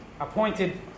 appointed